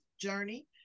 journey